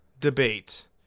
debate